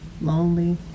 lonely